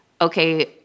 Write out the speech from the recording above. okay